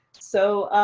so,